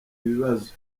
bibazo